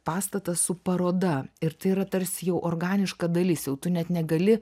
pastatas su paroda ir tai yra tarsi jau organiška dalis jau tu net negali